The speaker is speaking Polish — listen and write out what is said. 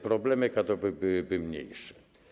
Problemy kadrowe byłyby mniejsze.